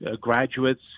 graduates